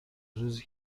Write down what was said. روزی